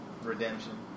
Redemption